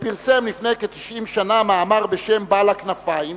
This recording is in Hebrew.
שפרסם לפני כ-90 שנה מאמר בשם "בעל הכנפיים",